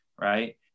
right